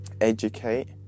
educate